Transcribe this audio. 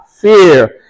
fear